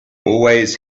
heed